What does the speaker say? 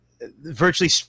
virtually